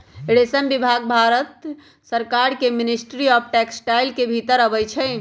रेशम विभाग भारत सरकार के मिनिस्ट्री ऑफ टेक्सटाइल के भितर अबई छइ